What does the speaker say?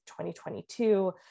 2022